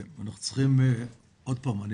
עוד פעם,